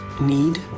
need